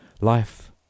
Life